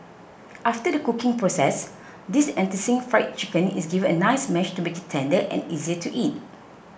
after the cooking process this enticing Fried Chicken is given a nice mash to make it tender and easier to eat